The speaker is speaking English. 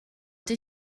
did